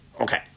Okay